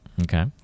Okay